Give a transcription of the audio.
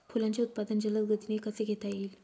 फुलांचे उत्पादन जलद गतीने कसे घेता येईल?